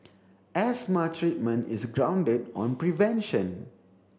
asthma treatment is grounded on prevention